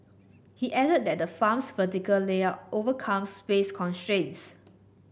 he added that the farm's vertical layout overcome space constraints